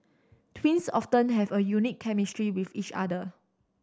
twins often have a unique chemistry with each other